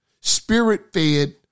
spirit-fed